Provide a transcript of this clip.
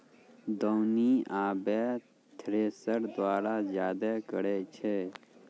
दौनी आबे थ्रेसर द्वारा जादा करै छै